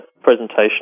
presentation